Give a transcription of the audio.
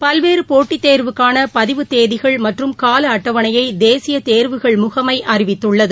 பல்வேறு போட்டித் தேர்வுக்கான பதிவுத் தேதிகள் மற்றும் கால அட்டவணையை தேசிய தேர்வுகள் முகமை அறிவித்துள்ளது